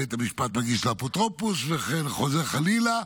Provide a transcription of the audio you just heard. בית המשפט מגיש לאפוטרופוס וחוזר חלילה,